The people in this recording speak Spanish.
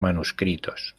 manuscritos